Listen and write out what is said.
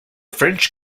french